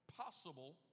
possible